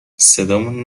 صدامون